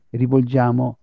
rivolgiamo